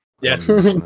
Yes